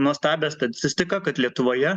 nuostabią statistiką kad lietuvoje